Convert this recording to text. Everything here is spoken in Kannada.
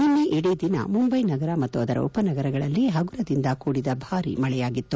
ನಿನ್ನೆ ಇಡೀ ದಿನ ಮುಂಬೈ ನಗರ ಮತ್ತು ಅದರ ಉಪನಗರಗಳಲ್ಲಿ ಹಗುರದಿಂದ ಕೂಡಿದ ಭಾರಿ ಮಳೆಯಾಗಿತ್ತು